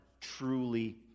truly